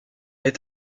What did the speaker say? est